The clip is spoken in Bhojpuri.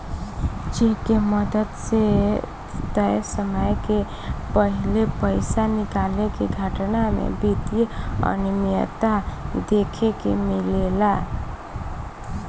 चेक के मदद से तय समय के पाहिले पइसा निकाले के घटना में वित्तीय अनिमियता देखे के मिलेला